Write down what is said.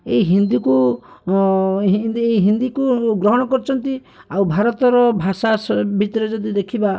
ଏଇ ହିନ୍ଦୀକୁ ହିନ୍ଦୀ ହିନ୍ଦୀକୁ ଗ୍ରହଣ କରିଛନ୍ତି ଆଉ ଭାରତର ଭାଷା ଭିତରେ ଯଦି ଦେଖିବା